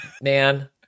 Man